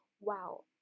wow